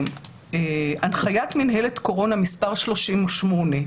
יש בהנחיית מינהלת קורונה מס' 38,